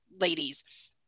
ladies